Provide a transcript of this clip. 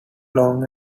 long